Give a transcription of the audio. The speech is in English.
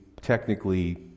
technically